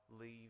leave